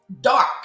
dark